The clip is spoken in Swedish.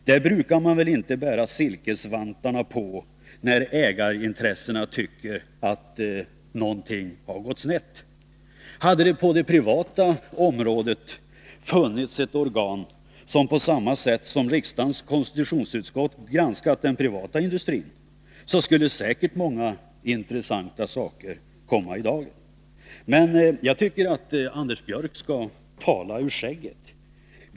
Där brukar man väl inte ha silkesvantarna på, när ägarintressena tycker att någonting har gått snett. Hade det på det privata området funnits ett organ som granskat den privata industrin på samma sätt som riksdagens konstitutionsutskott granskar regeringen, skulle säkerligen många intressanta saker ha kommit i dagen. Men jag tycker att Anders Björck skall tala ur skägget.